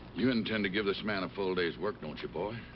you intend to give this man a full day's work, don't you, boy?